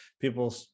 People